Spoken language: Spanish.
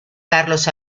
carlos